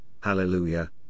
hallelujah